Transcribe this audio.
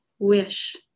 wish